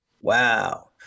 wow